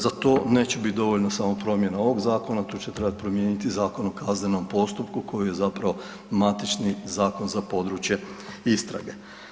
Za to neće biti dovoljno samo promjena ovog zakona, to će trebati promijeniti i Zakon o kaznenom postupku koji je zapravo matični zakon za područje istrage.